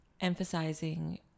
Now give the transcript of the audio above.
emphasizing